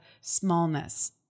smallness